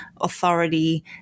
authority